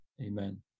amen